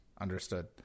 Understood